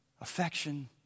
Affection